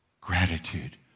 Gratitude